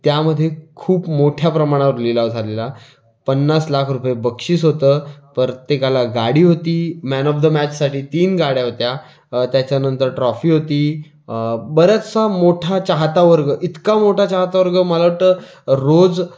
त्यामध्ये खूप मोठ्या प्रमाणावर लिलाव झालेला पन्नास लाख रुपये बक्षीस होतं प्रत्येकाला गाडी होती मॅन ऑफ द मॅचसाठी तीन गाड्या होत्या त्याच्यानंतर ट्रॉफी होती बराचसा मोठा चाहता वर्ग इतका मोठा चाहता वर्ग मला वाटतं रोज